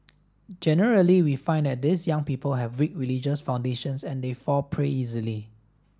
generally we find that these young people have weak religious foundations and they fall prey easily